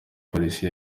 polisi